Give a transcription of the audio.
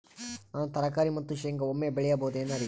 ನಾನು ತರಕಾರಿ ಮತ್ತು ಶೇಂಗಾ ಒಮ್ಮೆ ಬೆಳಿ ಬಹುದೆನರಿ?